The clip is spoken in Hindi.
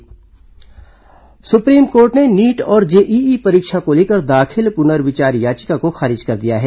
सुप्रीम कोर्ट परीक्षा सुप्रीम कोर्ट ने नीट और जेईई परीक्षा को लेकर दाखिल पुनर्विचार याचिका को खारिज कर दिया है